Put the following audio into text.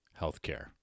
healthcare